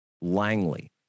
Langley